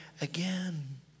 again